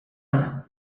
sun